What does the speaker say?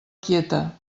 quieta